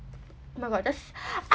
oh my god just